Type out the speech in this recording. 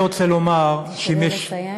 אני רוצה לומר שאם יש, תשתדל לסיים.